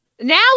Now